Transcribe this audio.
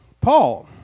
Paul